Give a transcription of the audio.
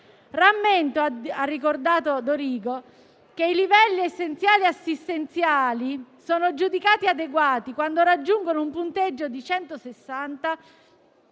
Rammento - ha ricordato Dorigo - che i livelli essenziali assistenziali sono giudicati adeguati quando raggiungono un punteggio di 160